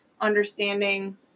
understanding